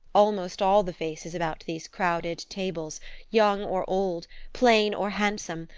almost all the faces about these crowded tables young or old, plain or handsome,